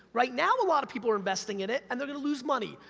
right now a lot of people are investing in it, and they're gonna lose money,